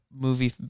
movie